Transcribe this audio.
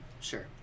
sure